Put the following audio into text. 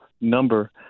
number